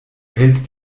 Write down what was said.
hältst